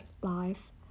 life